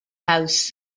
house